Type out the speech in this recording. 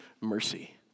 mercy